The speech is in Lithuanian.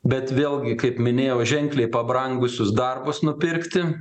bet vėlgi kaip minėjau ženkliai pabrangusius darbus nupirkti